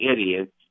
idiots